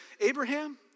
Abraham